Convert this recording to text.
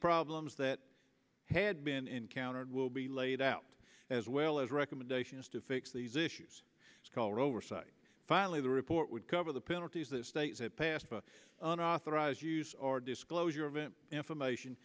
problems that had been encountered will be laid out as well as recommendations to fix these issues call oversight finally the report would cover the penalties that states have passed on authorize use or disclosure of an information